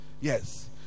Yes